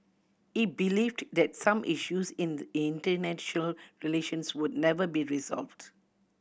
he believed that some issues in the international relations would never be resolved